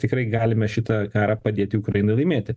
tikrai galime šitą karą padėti ukrainai laimėti